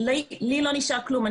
לי לא נשאר כלום,